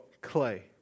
clay